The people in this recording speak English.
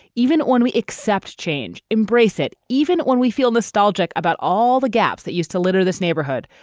even when we accept change. embrace it. even when we feel nostalgic about all the gaps that used to litter this neighborhood,